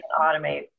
automate